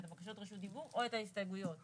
בקשות רשות דיבור או את ההסתייגויות?